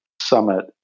summit